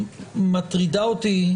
מטרידה אותי,